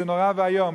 זה נורא ואיום,